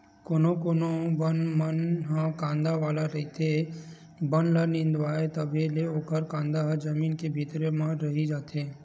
कोनो कोनो बन मन ह कांदा वाला रहिथे, बन ल निंदवाबे तभो ले ओखर कांदा ह जमीन के भीतरी म रहि जाथे